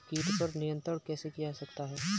कीट पर नियंत्रण कैसे किया जा सकता है?